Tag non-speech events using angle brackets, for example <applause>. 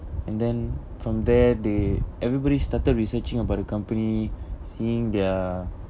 and then from there they everybody started researching about the company <breath> seeing their